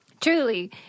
Truly